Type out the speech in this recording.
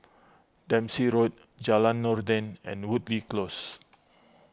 Dempsey Road Jalan Noordin and Woodleigh Close